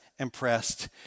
impressed